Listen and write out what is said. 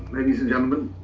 ladies and gentlemen.